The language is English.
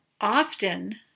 often